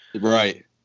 Right